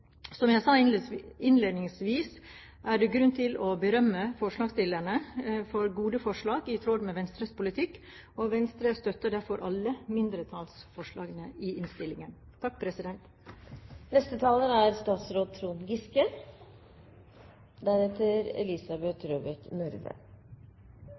sa innledningsvis, er det grunn til å berømme forslagsstillerne for gode forslag i tråd med Venstres politikk. Venstre støtter derfor alle mindretallsforslagene i innstillingen. Denne regjeringen jobber for mer innovasjon i Norge hver eneste dag. Mye er